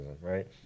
right